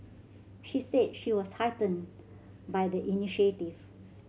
she said she was heartened by the initiative